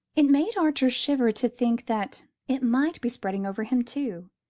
it made archer shiver to think that it might be spreading over him too.